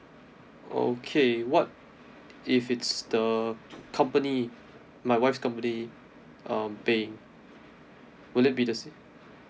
okay what if it's the company my wife's company um paying will it be the same